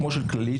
כמו של ה"כללית",